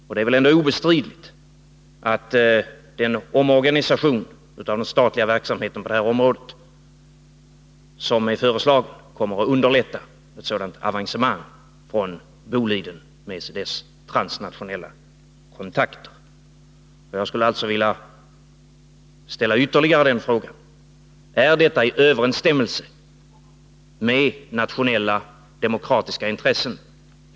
Och det är väl ändå obestridligt att den omorganisation av den statliga verksamheten på det här området som är föreslagen kommer att underlätta ett sådant avancemang från Boliden med dess transnationella kontakter. Jag skulle alltså vilja ställa ytterligare ett par frågor: Är detta i överensstämmelse med nationella demokratiska intressen?